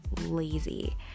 lazy